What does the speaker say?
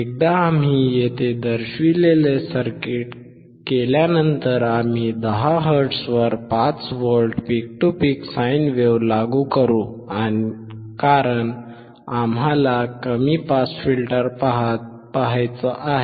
एकदा आम्ही येथे दर्शविलेले सर्किट कनेक्ट केल्यानंतर आम्ही 10 हर्ट्झवर 5V peak to peak sine wave लागू करू कारण आम्हाला कमी पास फिल्टर पहायचा आहे